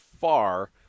far